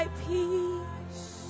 peace